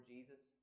Jesus